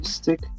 stick